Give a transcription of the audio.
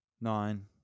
Nine